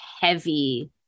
heavy